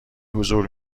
حضور